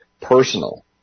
personal